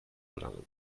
gelangen